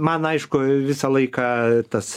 man aišku visą laiką tas